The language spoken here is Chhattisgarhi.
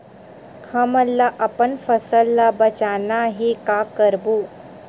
हमन ला अपन फसल ला बचाना हे का करबो?